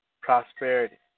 prosperity